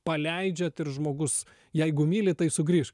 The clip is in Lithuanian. paleidžiat ir žmogus jeigu myli tai sugrįžk